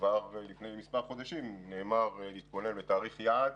כבר לפני מספר חודשים נאמר להתכונן לתאריך יעד,